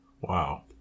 Wow